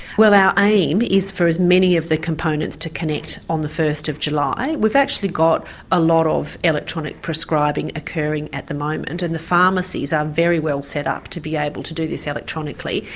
well our aim is for as many of the components to connect on the first july. we've actually got a lot of electronic prescribing occurring at the moment and the pharmacies are very well set up to be able to do this electronically.